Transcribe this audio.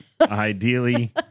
Ideally